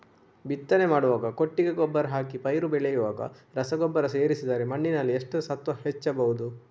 ಬಿತ್ತನೆ ಮಾಡುವಾಗ ಕೊಟ್ಟಿಗೆ ಗೊಬ್ಬರ ಹಾಕಿ ಪೈರು ಬೆಳೆಯುವಾಗ ರಸಗೊಬ್ಬರ ಸೇರಿಸಿದರೆ ಮಣ್ಣಿನಲ್ಲಿ ಎಷ್ಟು ಸತ್ವ ಹೆಚ್ಚಬಹುದು?